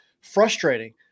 frustrating